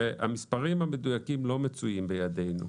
המספרים המדויקים לא מצויים בידינו.